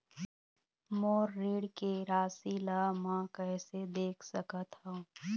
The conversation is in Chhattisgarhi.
मोर ऋण के राशि ला म कैसे देख सकत हव?